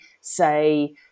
say